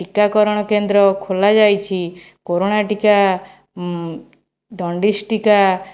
ଟୀକାକରଣ କେନ୍ଦ୍ର ଖୋଲାଯାଇଛି କୋରନା ଟୀକା ଉଁ ଜଣ୍ଡିସ ଟୀକା